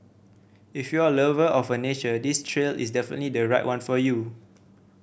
if you're a lover of a nature this trail is definitely the right one for you